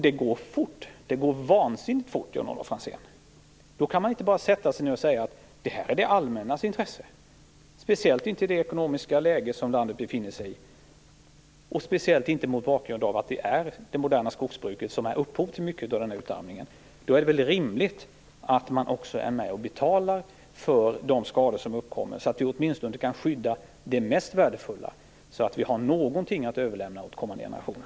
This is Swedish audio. Det går fort, det går vansinnigt fort, Jan-Olof Franzén. Då kan man inte bara sätta sig ned och säga att detta är det allmännas intresse, speciellt inte i det ekonomiska läge som landet befinner sig i och mot bakgrund av att det är det moderna skogsbruket som är upphov till mycket av utarmningen. Då är det väl rimligt att man också är med och betalar för de skador som uppkommer. På det sättet kan vi åtminstone skydda det mest värdefulla, så att vi har någonting att överlämna till kommande generationer.